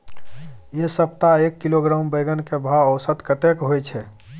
ऐ सप्ताह एक किलोग्राम बैंगन के भाव औसत कतेक होय छै?